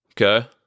okay